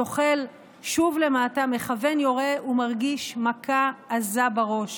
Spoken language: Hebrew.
זוחל שוב למטה, מכוון, יורה ומרגיש מכה עזה בראש.